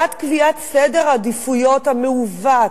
בעד קביעת סדר העדיפויות המעוות,